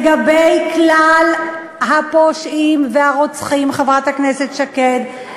לגבי כלל הפושעים והרוצחים, חברת הכנסת שקד,